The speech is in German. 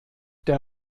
der